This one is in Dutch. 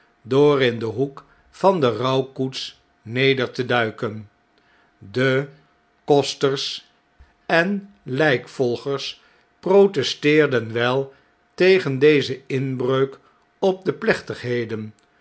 door in den hoek van de rouwkoets neder te duiken de kosters en ljjkvolgers protesteerden wel tegen deze inbreuk op de plechtigheden